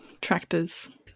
Tractors